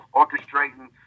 orchestrating